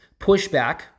pushback